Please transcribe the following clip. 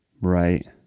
right